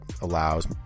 allows